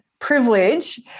privilege